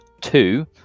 two